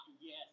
Yes